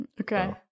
Okay